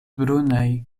brunaj